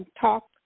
talk